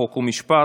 חוק ומשפט.